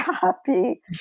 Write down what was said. happy